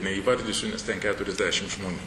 neįvardysiu nes ten keturiasdešimt žmonių